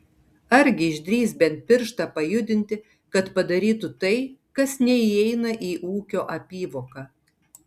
argi išdrįs bent pirštą pajudinti kad padarytų tai kas neįeina į ūkio apyvoką